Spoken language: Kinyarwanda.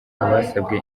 abasabye